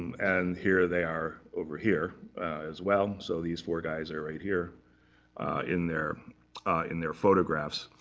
and here they are over here as well. so these four guys are right here in their in their photographs.